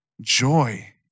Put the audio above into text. joy